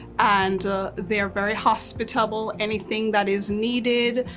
and they are very hospitable. anything that is needed,